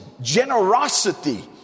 generosity